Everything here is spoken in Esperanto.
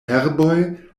herboj